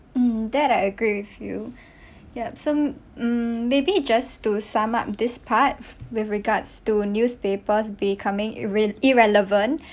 mm that I agree with you yup sum mm maybe just to sum up this part with regards to newspapers becoming irrel~ irrelevant